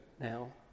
now